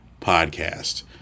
podcast